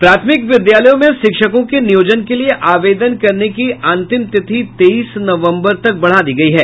प्राथमिक विद्यालयों में शिक्षकों के नियोजन के लिये आवेदन करने की अंतिम तिथि तेईस नवंबर तक बढ़ा दी गयी है